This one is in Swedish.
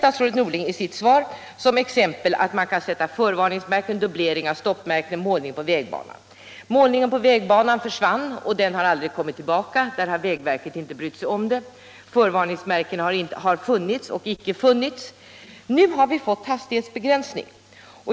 Statsrådet Norling nämner i sitt svar som exempel förvarningsmärken, dubblering av stoppmärken och målning på vägbanan. Målningen på vägbanan försvann i detta fall, och den har aldrig kommit tillbaka. Vägverket har inte brytt sig om att ordna det. Förvarningsmärken har både funnits och inte funnits. Nu har vi fått hastighetsbegränsning.